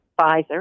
Pfizer